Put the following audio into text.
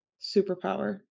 superpower